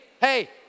Hey